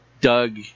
Doug